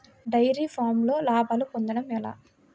Dairy ఫామ్లో లాభాలు పొందడం ఎలా?